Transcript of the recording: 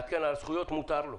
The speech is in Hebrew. לעדכן על הזכויות מותר לו.